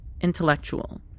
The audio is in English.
Intellectual